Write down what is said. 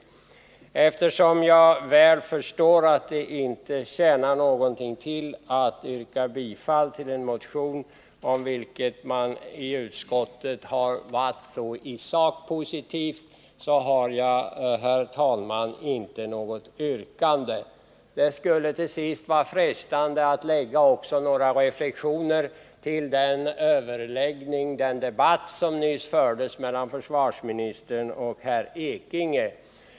Eftersom jag väl förstår att det inte tjänar någonting till att yrka bifall till en motion, som utskottet i sak ställt sig så positivt till, har jag inte något yrkande, herr talman. Det skulle vara frestande att till sist göra också några reflexioner kring den debatt som förts mellan försvarsministern och herr Ekinge.